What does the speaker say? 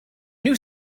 new